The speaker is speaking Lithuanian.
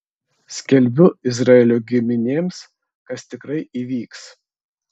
skelbiu izraelio giminėms kas tikrai įvyks